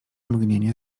mgnienie